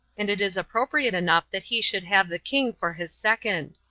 and it is appropriate enough that he should have the king for his second.